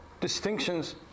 distinctions